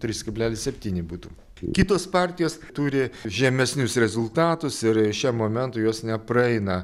trys kablelis septyni būtų kitos partijos turi žemesnius rezultatus ir šiam momentui jos nepraeina